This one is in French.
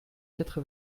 quatre